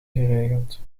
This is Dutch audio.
geregeld